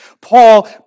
Paul